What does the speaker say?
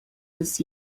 this